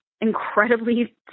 incredibly